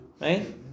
Right